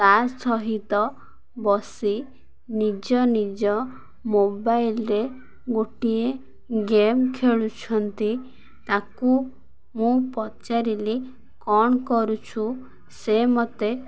ତା' ସହିତ ବସି ନିଜ ନିଜ ମୋବାଇଲ୍ରେ ଗୋଟିଏ ଗେମ୍ ଖେଳୁଛନ୍ତି ତା'କୁ ମୁଁ ପଚାରିଲି କ'ଣ କରୁଛୁ ସେ ମୋତେ